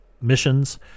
missions